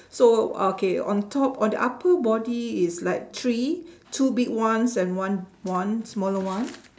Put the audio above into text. so okay on top on the upper body is like three two big ones and one one smaller one